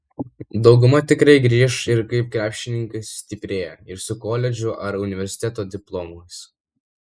dauguma tikrai grįš ir kaip krepšininkai sustiprėję ir su koledžų ar universitetų diplomais